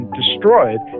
destroyed